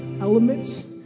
elements